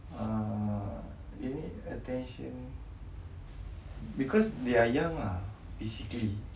ah they need attention because they are young ah basically